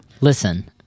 Listen